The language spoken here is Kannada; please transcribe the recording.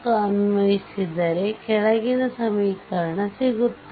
ಅನ್ವಯಿಸಿದರೆ ಕೆಳಗಿನ ಸಮೀಕರಣ ಸಿಗುತ್ತದೆ